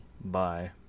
Bye